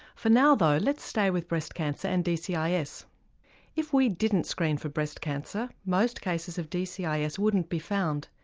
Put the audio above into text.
for now though, let's stay with breast cancer and dcis. if we didn't screen for breast cancer, most cases of dcis wouldn't be found.